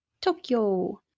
Tokyo